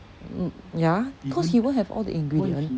um ya cause he won't have all the ingredient